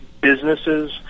businesses